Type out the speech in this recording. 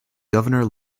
governor